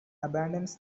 abandons